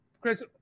Chris